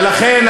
ולכן,